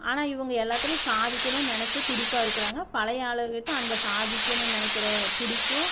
ஆனால் இவங்க எல்லாத்துலேயும் சாதிக்குனுன்னு நினச்சி துடிப்பாக இருக்கிறாங்க பழைய ஆளுங்ககிட்ட அந்த சாதிக்கனுன்னு நினைக்கிற துடிப்பும்